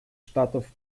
штатов